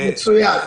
מצוין.